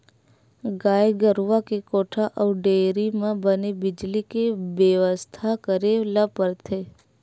गाय गरूवा के कोठा अउ डेयरी म बने बिजली के बेवस्था करे ल परथे